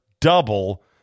double